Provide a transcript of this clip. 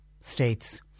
states